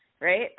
right